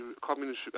Communist